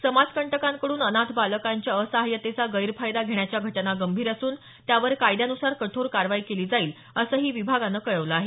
समाज कंटकांकडून अनाथ बालकांच्या असहाय्यतेचा गैरफायदा घेण्याच्या घटना गंभीर असून त्यावर कायद्यानुसार कठोर कारवाई केली जाईल असंही विभागानं कळवलं आहे